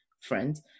friends